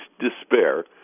despair